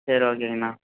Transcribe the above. சரி ஓகேங்க அண்ணா